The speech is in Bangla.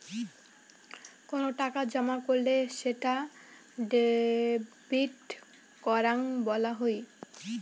কোনো টাকা জমা করলে সেটা ডেবিট করাং বলা হই